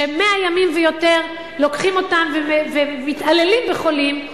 ש-100 ימים ויותר לוקחים אותם ומתעללים בחולים,